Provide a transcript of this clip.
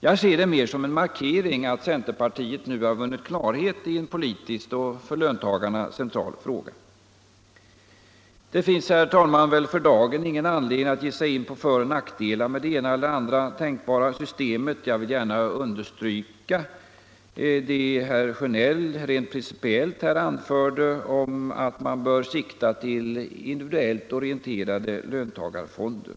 Jag ser det mera som en markering av att centerpartiet nu vunnit klarhet i en politisk och för löntagarna central fråga. Det finns för dagen ingen anledning att ge sig in på föroch nackdelar med det ena eller andra tänkbara systemet. Jag vill gärna understryka det som herr Sjönell rent principiellt anförde om att man bör sikta till individuellt orienterade löntagarfonder.